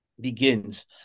begins